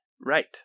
Right